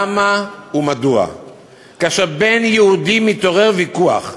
למה ומדוע כאשר בין יהודים מתעורר ויכוח,